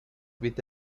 with